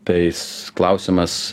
tai jis klausiamas